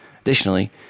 Additionally